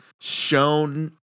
shown